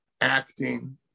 acting